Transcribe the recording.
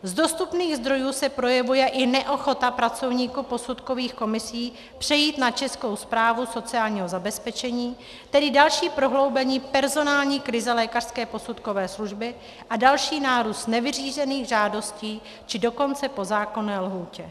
Z dostupných zdrojů se projevuje i neochota pracovníků posudkových komisí přejít na Českou správu sociálního zabezpečení, tedy další prohloubení personální krize lékařské posudkové služby a další nárůst nevyřízených žádostí, či dokonce po zákonné lhůtě.